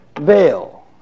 veil